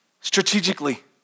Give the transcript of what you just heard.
strategically